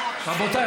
רבותיי,